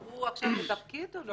הוא עכשיו בתפקיד או לא?